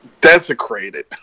desecrated